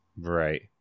Right